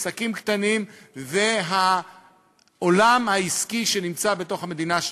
עסקים קטנים והעולם העסקי שנמצא בתוך המדינה שלנו.